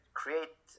create